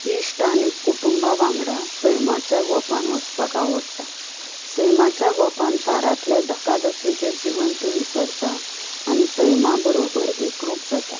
इश्ट आनी कुटुंबा वांगडा सैमाच्या गोपांत वचपाक आवडटा सैमाच्या गोपांत शारातलें धकाधकिचें जिवन तूं विसरता आनी सैमा बरोबर एकरूप जाता